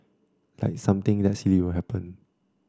like something that silly will happen